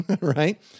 right